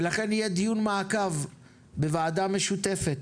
ולכן יהיה דיון מעקב בוועדה משותפת